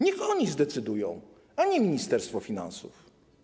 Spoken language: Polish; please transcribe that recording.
Niech oni zdecydują, a nie Ministerstwo Finansów.